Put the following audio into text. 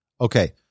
Okay